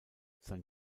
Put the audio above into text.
sein